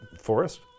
forest